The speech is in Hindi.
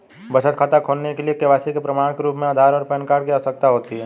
बचत खाता खोलने के लिए के.वाई.सी के प्रमाण के रूप में आधार और पैन कार्ड की आवश्यकता होती है